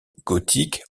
gothique